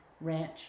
ranch